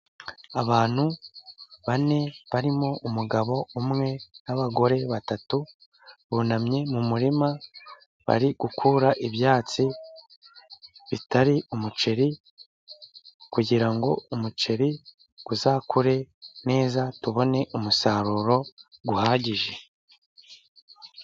Abantu bane barimo umugabo umwe n'abagore batatu, bunamye mu murima bari gukura ibyatsi bitari umuceri, kugira ngo umuceri uzakure neza tubone umusaruro uhagije.